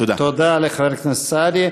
תודה לחבר הכנסת סעדי.